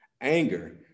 anger